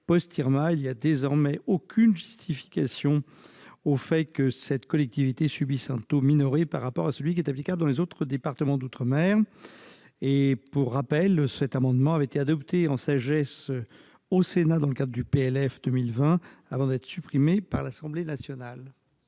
il n'y a désormais aucune justification au fait que cette collectivité subisse un taux minoré par rapport à celui qui est applicable dans les autres départements d'outre-mer. Pour rappel, cet amendement avait été adopté au Sénat avec un avis de sagesse, dans le cadre du PLF pour 2020, avant d'être supprimé par l'Assemblée nationale.